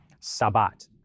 sabbat